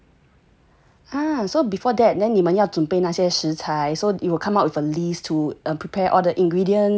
ah so before that and then 你们要准备哪些食材 so you will come up with a list to prepare all the ingredients